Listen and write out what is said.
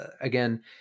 again